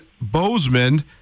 Bozeman